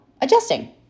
adjusting